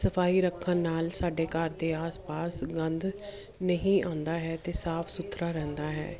ਸਫਾਈ ਰੱਖਣ ਨਾਲ ਸਾਡੇ ਘਰ ਦੇ ਆਸ ਪਾਸ ਗੰਦ ਨਹੀਂ ਆਉਂਦਾ ਹੈ ਅਤੇ ਸਾਫ ਸੁਥਰਾ ਰਹਿੰਦਾ ਹੈ